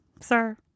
sir